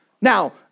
Now